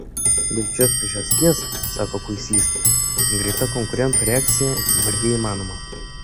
dėl šios priežasties sako kuisys greita konkurentų reakcija vargiai įmanoma